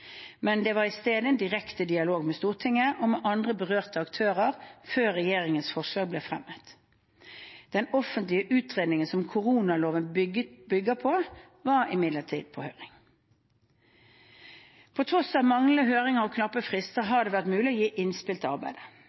men det var i stedet en direkte dialog med Stortinget og med andre berørte aktører før regjeringens forslag ble fremmet. Den offentlige utredningen som koronaloven bygger på, var imidlertid på høring. På tross av manglende høringer og knappe frister har det vært mulig å gi innspill til arbeidet.